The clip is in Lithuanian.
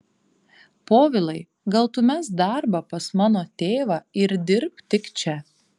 povilai gal tu mesk darbą pas mano tėvą ir dirbk tik čia